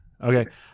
Okay